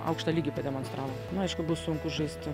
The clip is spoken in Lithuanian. aukštą lygį pademonstravo nu aišku bus sunku žaisti